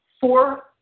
four